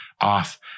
off